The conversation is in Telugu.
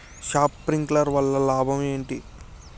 శప్రింక్లర్ వల్ల లాభం ఏంటి?